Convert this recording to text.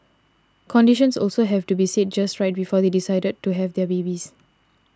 conditions also have to be seen just right before they decide to have their babies